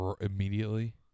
immediately